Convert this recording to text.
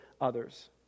others